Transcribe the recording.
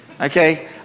Okay